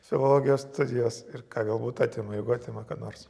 filologijos studijos ir ką galbūt atima jeigu atima ką nors